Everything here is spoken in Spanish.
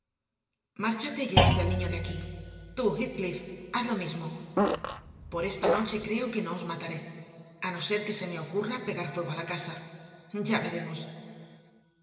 y llévate al niño de aquí tú heathcliff haz lo mismo por esta noche creo que no os mataré a no ser que se me ocurra pegar fuego a la casa ya veremos